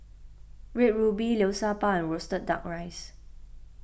Red Ruby Liu Sha Bao and Roasted Duck Rice